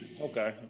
Okay